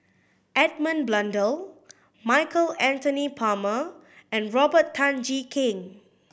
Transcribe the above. Edmund Blundell Michael Anthony Palmer and Robert Tan Jee Keng